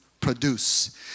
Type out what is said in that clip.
produce